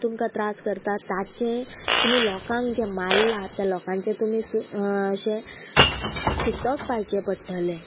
तुमकां त्रास करतात ताचे तुमी लोकांक जे मारला त्या लोकांचे तुमी अशे सुतक पाळचे पडटले